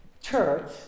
church